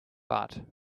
but